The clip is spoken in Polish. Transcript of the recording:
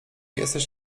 jesteś